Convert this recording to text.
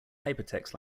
hypertext